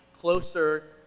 closer